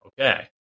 Okay